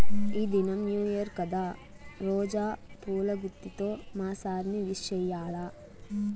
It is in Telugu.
ఈ దినం న్యూ ఇయర్ కదా రోజా పూల గుత్తితో మా సార్ ని విష్ చెయ్యాల్ల